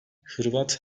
hırvat